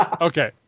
Okay